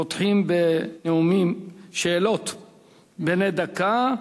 פותחים בנאומים בני דקה.